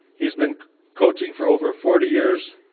he has been coaching for over forty years,